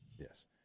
Yes